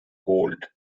gold